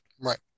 right